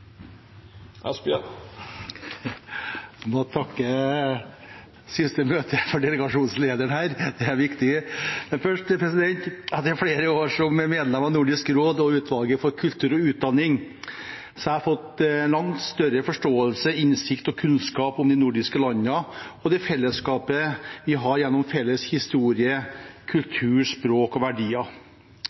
må takke delegasjonslederen for det siste møtet her, det er viktig. Etter flere år som medlem av Nordisk råd og utvalget for kultur og utdanning har jeg fått langt større forståelse, innsikt og kunnskap om de nordiske landene og det fellesskapet vi har gjennom felles historie, kultur, språk og verdier.